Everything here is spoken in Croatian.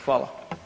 Hvala.